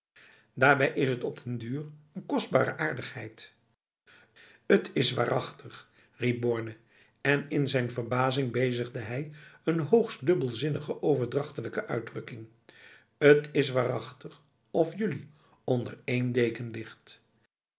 daarbij is het op den duur n kostbare aardigheid het is waarachtig riep borne en in zijn verbazing bezigde hij een hoogst dubbelzinnige overdrachtelijke uitdrukking het is waarachtig of jullie onder één deken ligt